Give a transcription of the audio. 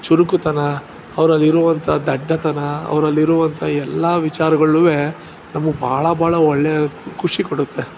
ಚುರುಕುತನ ಅವರಲ್ಲಿರುವಂತ ದಡ್ಡತನ ಅವರಲ್ಲಿರುವಂತ ಎಲ್ಲ ವಿಚಾರಗಳ್ನು ನಮಗೆ ಬಹಳ ಬಹಳ ಒಳ್ಳೆಯ ಖುಷಿ ಕೊಡುತ್ತೆ